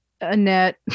Annette